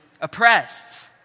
oppressed